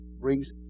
brings